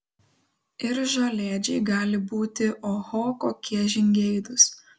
ir žolėdžiai gali būti oho kokie žingeidūs